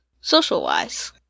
social-wise